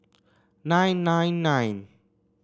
nine nine nine